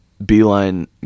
Beeline